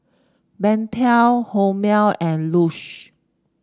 Pentel Hormel and Lush